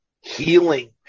healing